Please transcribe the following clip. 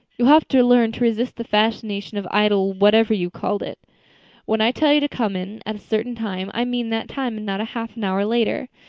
you'll have to learn to resist the fascination of idle-whatever-you-call-it. when i tell you to come in at a certain time i mean that time and not half an hour later.